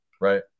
right